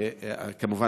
כמובן,